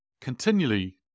continually